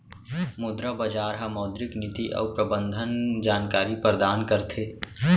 मुद्रा बजार ह मौद्रिक नीति अउ प्रबंधन के जानकारी परदान करथे